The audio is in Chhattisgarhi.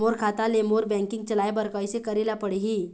मोर खाता ले मोर बैंकिंग चलाए बर कइसे करेला पढ़ही?